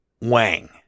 Wang